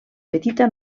petita